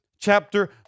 chapter